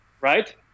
right